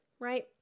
right